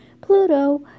Pluto